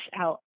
out